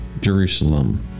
Jerusalem